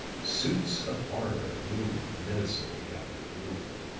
suits of armor loomed menacingly out of the gloom,